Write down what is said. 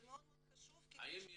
זה מאוד חשוב כי יש